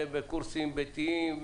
בקורסים ביתיים,